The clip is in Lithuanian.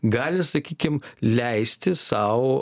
gali sakykim leisti sau